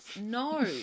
No